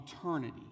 eternity